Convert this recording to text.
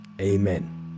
Amen